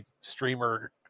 streamer